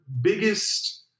biggest